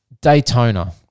daytona